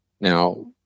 now